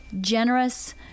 generous